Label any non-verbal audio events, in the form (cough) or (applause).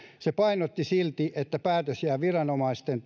se painotti silti että päätös jää viranomaisten (unintelligible)